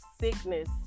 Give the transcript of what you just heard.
sickness